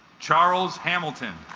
charles hamilton